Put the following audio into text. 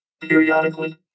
periodically